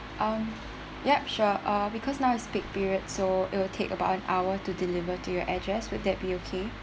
mm ya sure uh because now is peak period so it will take about an hour to deliver to your address would that be okay